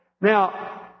Now